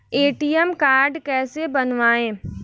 ATM card कैसे बनवाएँ?